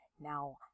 Now